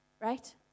right